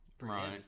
Right